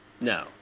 no